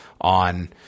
on